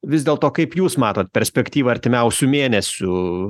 vis dėlto kaip jūs matot perspektyvą artimiausių mėnesių